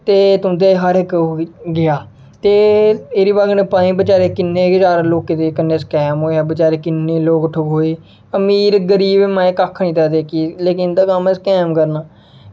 ते तुं'दे हर इक गेआ ते एह्दी बजह् कन्नै पता निं कि'न्नें गै लोकें दे कन्नै स्कैम होया बचैरे कि'न्नें लोग ठगोए अमीर गरीब कक्ख निं तक्कदे लेकिन इं'दा कम्म ऐ स्कैम करना